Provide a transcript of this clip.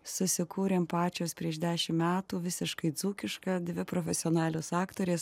susikūrėm pačios prieš dešimt metų visiškai dzūkišką dvi profesionalios aktorės